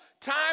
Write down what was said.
time